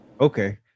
okay